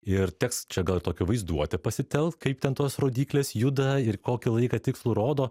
ir teks čia gal tokią vaizduotę pasitelkt kaip ten tos rodyklės juda ir kokį laiką tikslų rodo